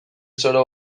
zoro